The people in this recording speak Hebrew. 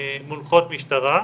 מונחות משטרה,